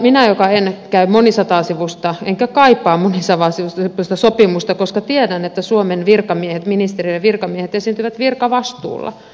minä en käy läpi enkä kaipaa monisatasivuista sopimusta koska tiedän että suomen virkamiehet ministeriöiden virkamiehet esiintyvät virkavastuulla